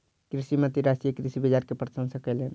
कृषि मंत्री राष्ट्रीय कृषि बाजार के प्रशंसा कयलैन